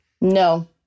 No